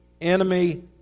enemy